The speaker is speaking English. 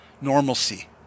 normalcy